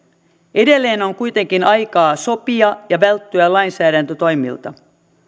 edelleen on kuitenkin aikaa sopia ja välttyä lainsäädäntötoimilta